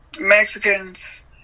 Mexicans